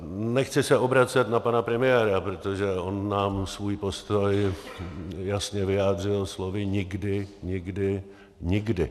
Nechci se obracet na pana premiéra, protože on nám svůj postoj jasně vyjádřil slovy nikdy, nikdy, nikdy.